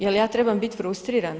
Jel ja trebam bit frustrirana?